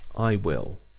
i will.